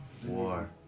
War